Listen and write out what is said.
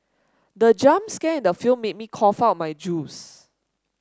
the jump scare in the film made me cough out my juice